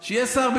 כי הוא שר הביטחון.